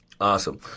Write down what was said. Awesome